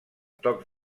tocs